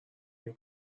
این